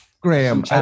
Graham